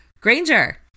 Granger